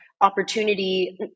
opportunity